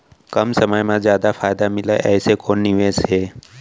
कम समय मा जादा फायदा मिलए ऐसे कोन निवेश हे?